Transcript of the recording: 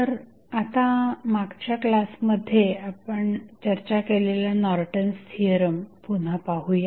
तर आता मागच्या क्लासमध्ये चर्चा केलेला नॉर्टन्स थिअरम पुन्हा पाहूया